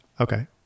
Okay